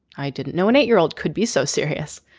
i didn't know an eight year old could be so serious.